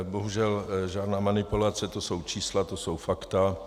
Bohužel žádná manipulace, to jsou čísla, to jsou fakta.